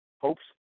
Hopes